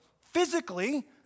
physically